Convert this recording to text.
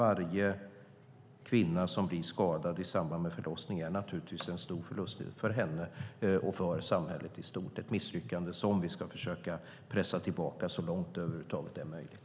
Att bli skadad i samband med förlossning är naturligtvis en stor förlust för kvinnan och för samhället i stort. Sådana misslyckanden ska vi försöka pressa tillbaka så långt det över huvud taget är möjligt.